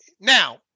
now